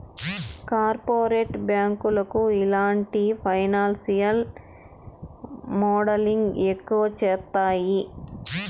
corporate బ్యాంకులు ఇలాంటి financial modelling ఎక్కువ చేత్తాయి